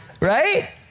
right